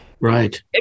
right